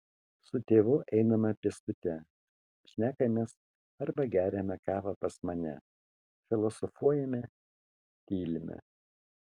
su tėvu einame pėstute šnekamės arba geriame kavą pas mane filosofuojame tylime